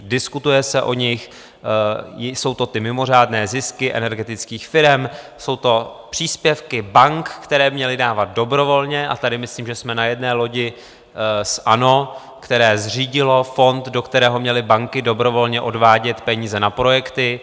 Diskutuje se o nich, jsou to ty mimořádné zisky energetických firem, jsou to příspěvky bank, které měly dávat dobrovolně, a tady myslím, že jsme na jedné lodi s ANO, které zřídilo fond, do kterého měly banky dobrovolně odvádět peníze na projekty.